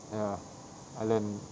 ya I learnt